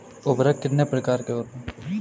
उर्वरक कितने प्रकार के होते हैं?